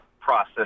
process